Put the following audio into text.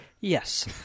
Yes